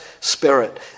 spirit